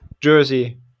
jersey